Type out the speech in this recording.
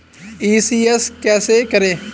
ECS कैसे करें?